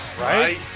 right